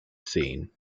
scene